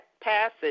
passage